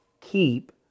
keep